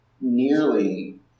nearly